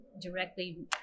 directly